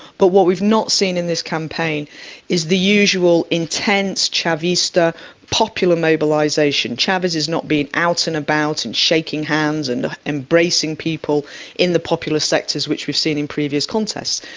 but what we've not seen in this campaign is the usual intense chavista popular mobilisation. chavez has not been out and about and shaking hands and embracing people in the popular sectors, which we've seen in previous contests.